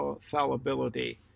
fallibility